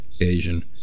Asian